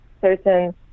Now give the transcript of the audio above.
certain